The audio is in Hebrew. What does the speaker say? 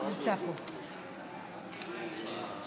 השר לוין,